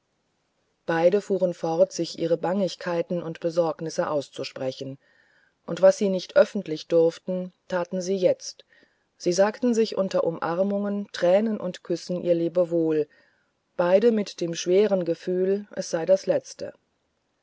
beide fuhren fort sich ihre bangigkeiten und besorgnisse auszusprechen und was sie nicht öffentlich durften taten sie jetzt sie sagten sich unter umarmungen tränen und küssen ihr lebewohl beide mit dem schweren gefühl es sei das letzte